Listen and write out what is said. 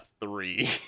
three